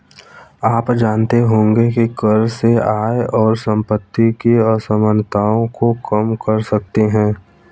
आप जानते होंगे की कर से आय और सम्पति की असमनताओं को कम कर सकते है?